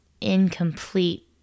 incomplete